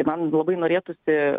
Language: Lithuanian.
tai man labai norėtųsi